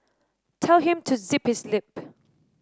tell him to zip his lip